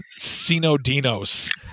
Sinodinos